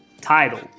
title